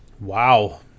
Wow